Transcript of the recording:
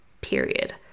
Period